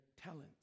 talents